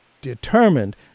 determined